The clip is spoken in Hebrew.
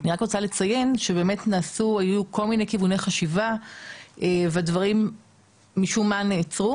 אני רוצה לצין שהיו כל מיני כיווני חשיבה והדברים משום מה נעצרו.